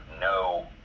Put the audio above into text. no